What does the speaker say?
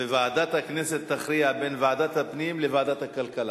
וועדת הכנסת תכריע בין ועדת הפנים לוועדת הכלכלה.